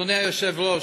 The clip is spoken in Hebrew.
אדוני היושב-ראש,